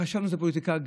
חשבנו שזו פוליטיקה.